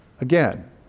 again